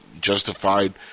justified